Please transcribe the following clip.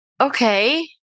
okay